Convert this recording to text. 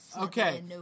Okay